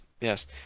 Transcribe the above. Yes